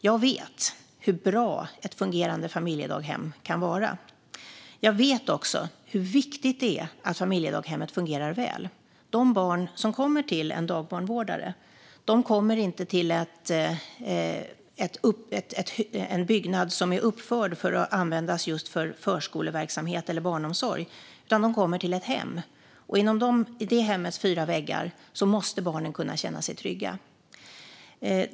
Jag vet hur bra ett fungerande familjedaghem kan vara. Jag vet också hur viktigt det är att familjedaghemmet fungerar väl. De barn som kommer till en dagbarnvårdare kommer inte till en byggnad som är uppförd för att användas för just förskoleverksamhet eller barnomsorg, utan de kommer till ett hem. Inom det hemmets fyra väggar måste barnen kunna känna sig trygga.